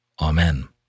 Amen